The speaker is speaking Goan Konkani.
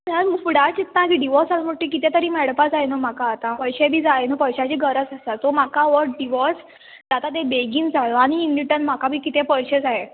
फुडार चित्तां डिवोर्स जालो म्हणटकीर कितें तरी मेळपाक जाय न्हू म्हाका आतां पयशे बीन जाय न्हू पयशांची गरज आसा सो म्हाका हो डिवोर्स जाता ते बेगीन जायो आनी इन रिटन म्हाका बीन कितें पयशे जाय